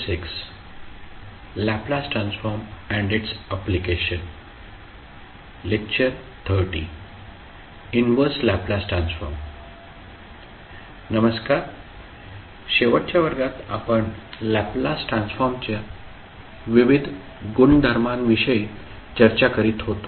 शेवटच्या वर्गात आपण लॅपलास ट्रान्सफॉर्मच्या विविध गुणधर्मांविषयी चर्चा करीत होतो